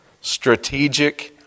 strategic